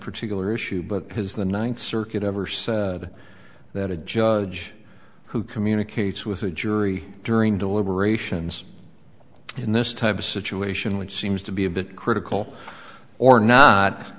particular issue but has the ninth circuit ever said that a judge who communicates with a jury during deliberations in this type of situation which seems to be a bit critical or not